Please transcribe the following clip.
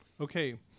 Okay